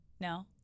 no